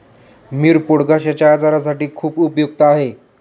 मिरपूड घश्याच्या आजारासाठी खूप उपयुक्त आहे